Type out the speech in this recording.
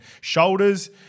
shoulders